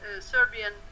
Serbian